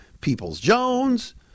Peoples-Jones